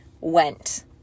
went